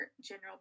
general